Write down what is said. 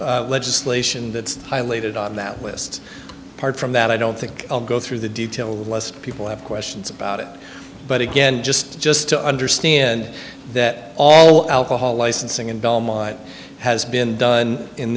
previous legislation that's highlighted on that list apart from that i don't think i'll go through the detail lest people have questions about it but again just just to understand that all alcohol licensing in belmont has been done in